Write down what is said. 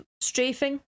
strafing